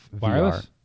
VR